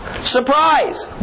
Surprise